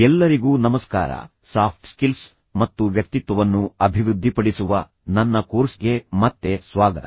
ಎಲ್ಲರಿಗೂ ನಮಸ್ಕಾರ soft skills ಮತ್ತು ವ್ಯಕ್ತಿತ್ವವನ್ನು ಅಭಿವೃದ್ಧಿಪಡಿಸುವ ನನ್ನ ಕೋರ್ಸ್ಗೆ ಮತ್ತೆ ಸ್ವಾಗತ